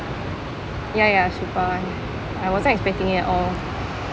ya ya she I wasn't expecting it all